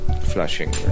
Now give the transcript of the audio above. flushing